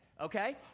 Okay